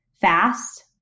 fast